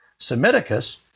Semiticus